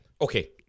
Okay